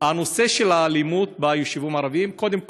הנושא של האלימות ביישובים הערביים, קודם כול,